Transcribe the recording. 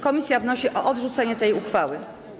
Komisja wnosi o odrzucenie tej uchwały.